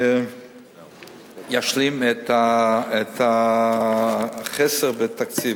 שישלים את החסר בתקציב.